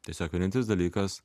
tiesiog vienintelis dalykas